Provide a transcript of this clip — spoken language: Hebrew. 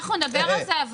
נדבר על זה.